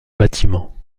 bâtiment